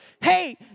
hey